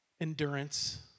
endurance